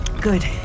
Good